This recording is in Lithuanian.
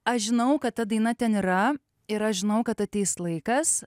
aš žinau kad ta daina ten yra ir aš žinau kad ateis laikas